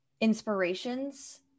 inspirations